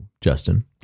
Justin